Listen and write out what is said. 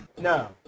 No